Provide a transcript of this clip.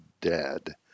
dead